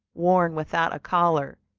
worn without a collar,